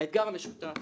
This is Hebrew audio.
האתגר המשותף